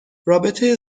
رابطه